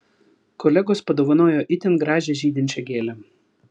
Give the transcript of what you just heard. kolegos padovanojo itin gražią žydinčią gėlę